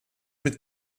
mit